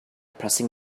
pressing